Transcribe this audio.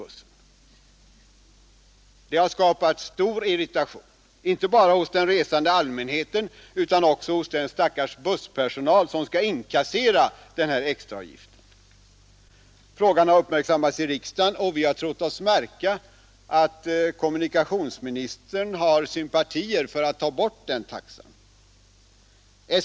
Detta har skapat stor irritation inte bara hos den resande allmänheten utan också för den stackars busspersonal som skall inkassera denna extraavgift. Frågan har uppmärksammats i riksdagen, och vi har trott oss märka att kommunikationsministern har sympatier för att ta bort denna taxa.